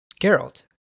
Geralt